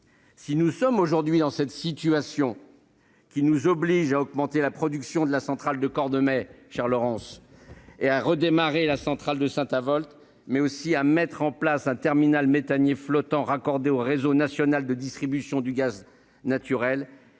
Si nous sommes aujourd'hui dans une telle situation, qui nous oblige à augmenter la production de la centrale de Cordemais, chère Laurence Garnier, à redémarrer la centrale de Saint-Avold, mais aussi à mettre en place un terminal méthanier flottant raccordé au réseau national de distribution du gaz naturel,